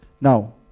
Now